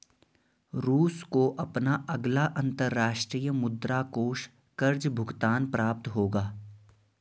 रूस को अपना अगला अंतर्राष्ट्रीय मुद्रा कोष कर्ज़ भुगतान प्राप्त होगा